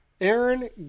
Aaron